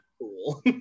cool